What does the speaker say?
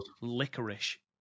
licorice